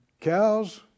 cows